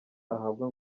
ahabwa